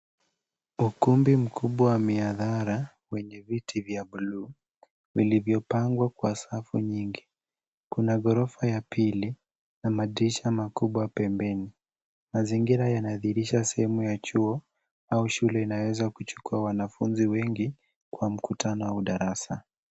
Ukumbi mkubwa wa miadhara wenye vitu vya blue ulivyopangwa kwa safu nyingi, kuna gorofa ya pili na madirisha makubwa pembeni. Mazingira yanadhirisha sehemu ya chuo au shule inaweza kuchukua wanafunzi wengi kwa mkutano au darasa.